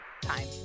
time